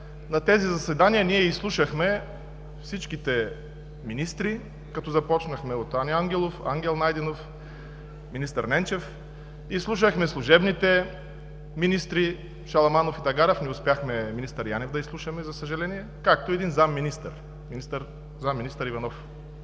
На тези заседания ние изслушахме всичките министри, като започнахме от Аню Ангелов, Ангел Найденов, министър Ненчев, изслушахме служебните министри Шаламанов и Тагарев, не успяхме да изслушаме за съжаление министър Янев,